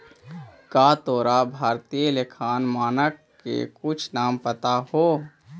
का तोरा भारतीय लेखांकन मानक के कुछ नाम पता हो?